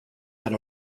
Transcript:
had